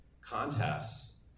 contests